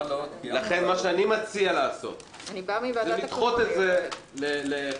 לכן מה שאני מציע לעשות זה לדחות את זה ל-11:00.